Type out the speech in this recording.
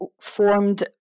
formed